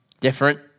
Different